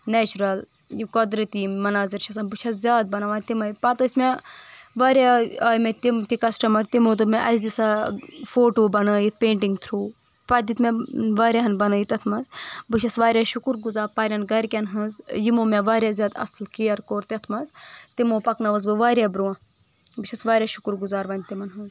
natural یہِ قۄدرتی یِم مناظر چھِ آسان بہٕ چھس زیادٕ بناوان تِمٕے پتہٕ ٲسۍ مےٚ واریاہ آیہِ مےٚ تِم تہِ کسٹمر تِمو دوٚپ مےٚ اسہِ دِسا فوٹو بنٲیِتھ پینٹنٛگ تھٕروٗ پتہِ دِتۍ مےٚ واریاہن بنٲیِتھ تتھ منٛز بہٕ چھس واریاہ شُکر گُزار پننٮ۪ن گرکٮ۪ن ہٕنٛز یِمو مےٚ واریاہ زیادٕ اصل کیر کوٚر تتھ منٛز تِمو پکنٲوٕس بہٕ واریاہ برٛونٛہہ بہٕ چھس واریاہ شُکر گُزار وۄنۍ تِمن ہٕنٛز